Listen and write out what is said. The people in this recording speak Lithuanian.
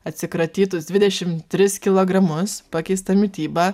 atsikratytus dvidešimt tris kilogramus pakeistą mitybą